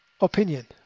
opinion